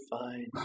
fine